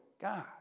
God